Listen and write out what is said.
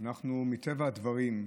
מטבע הדברים,